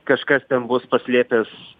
kažkas ten bus paslėpęs